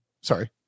sorry